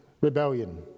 rebellion